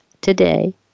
today